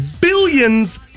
Billions